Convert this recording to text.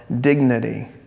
dignity